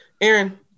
Aaron